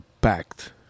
packed